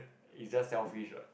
it just selfish what